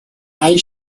ice